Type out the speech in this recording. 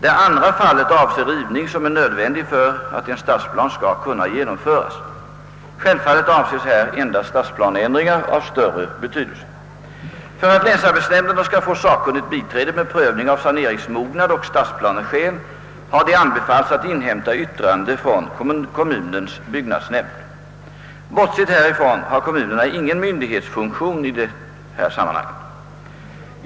Det andra fallet avser rivning som är nödvändig för att en stadsplan skall kunna genomföras. Självfallet avses här endast stadsplaneändringar av större betydelse. För att länsarbetsnämnderna skall få sakkunnigt biträde med prövning av saneringsmognad och stadsplaneskäl har de anbefallts att inhämta yttrande från kommunens byggnadsnämnd. Bortsett härifrån har kommunerna ingen myndighetsfunktion i detta sammanhang.